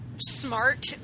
smart